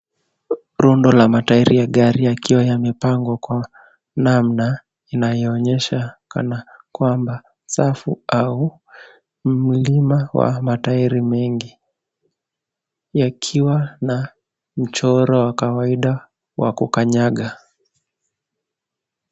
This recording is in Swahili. Rundo la matairi ya gari, yakiwa yamepangwa kwa namna inayoonyesha kama safu au mlima wa matairi mengi, yakiwa na mchoro wa kawaida wa kukanyaga.